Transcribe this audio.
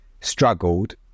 struggled